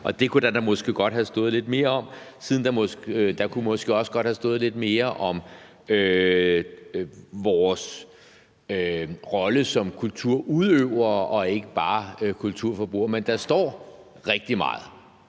dem kunne der da måske godt have stået lidt mere om. Der kunne måske også godt have stået lidt mere om vores rolle som kulturudøvere og ikke bare kulturforbrugere, men der står rigtig meget